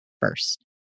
first